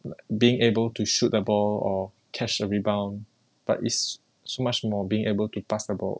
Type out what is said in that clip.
like being able to shoot the ball or catch a rebound but it's so much more being able to pass the ball